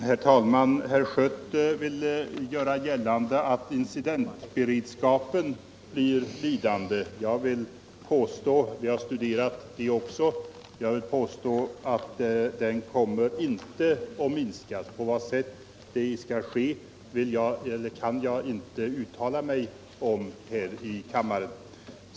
Herr talman! Herr Schött ville göra gällande att incidentberedskapen blir lidande. Vi har studerat den också, och jag vill påstå att den inte kommer att minska. På vad sätt denna beredskap skall upprätthållas kan jag inte uttala mig om här i kammaren.